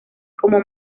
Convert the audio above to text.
como